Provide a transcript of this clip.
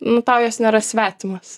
nu tau jos nėra svetimos